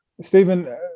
Stephen